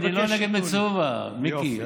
אני מבקש, אני לא נגד מצובה, מיקי.